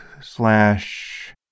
slash